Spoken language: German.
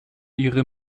ihre